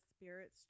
spirits